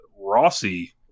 Rossi